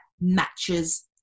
matches